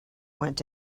went